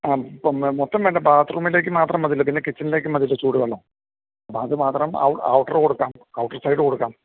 ആ പ മൊത്തം വേണ്ട ബാത്റൂമിലേക്ക് മാത്രം മതിയല്ലോ പിന്നെ കിച്ചണിലേക്കും മതിയല്ലോ ചൂടുവെള്ളം അപ്പം അത് മാത്രം ഔട്ടറ് കൊടുക്കാം ഔട്ടർ സൈഡ് കൊടുക്കാം